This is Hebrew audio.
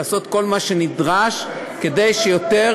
לעשות כל מה שנדרש כדי שיותר